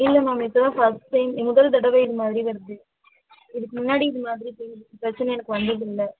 இல்லை மேம் இப்போ தான் ஃபர்ஸ்ட் டைம் முதல் தடவை இதுமாதிரி வருது இதுக்கு முன்னாடி இது மாதிரி பெயின் பிரச்சனை எனக்கு வந்ததில்லை